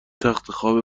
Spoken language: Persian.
تختخواب